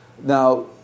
Now